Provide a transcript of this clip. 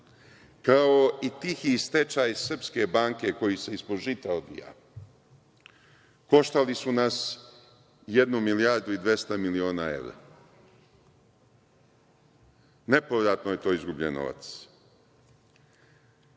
kao i tihi stečaj „Srpske banke“ koji se ispod žita odvija, koštali su nas jednu milijardu i 200 miliona evra. Nepovratno je to izgubljen novac. Ovim